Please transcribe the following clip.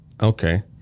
Okay